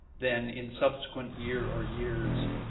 then in subsequent year or years,